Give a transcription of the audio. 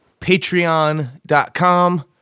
patreon.com